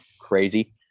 crazy